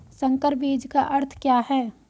संकर बीज का अर्थ क्या है?